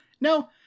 no